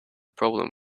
problem